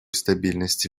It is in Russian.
стабильности